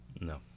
No